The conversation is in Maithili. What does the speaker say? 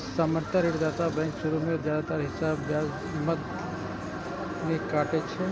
सामान्यतः ऋणदाता बैंक शुरू मे जादेतर हिस्सा ब्याज मद मे काटै छै